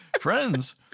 Friends